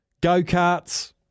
go-karts